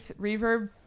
reverb